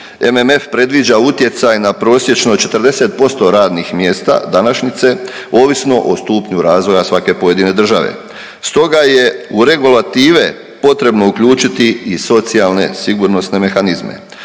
MMF predviđa utjecaj na prosječno 40% radnih mjesta današnjice ovisno o stupnju razvoja svake pojedine države, stoga je u regulative potrebno uključiti i socijalne sigurnosne mehanizme.